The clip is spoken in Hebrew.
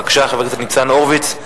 בבקשה, חבר הכנסת ניצן הורוביץ,